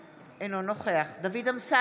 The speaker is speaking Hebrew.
בבקשה,